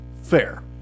fair